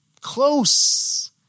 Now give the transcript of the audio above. close